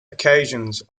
occasions